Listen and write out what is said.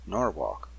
Norwalk